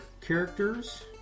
characters